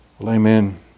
Amen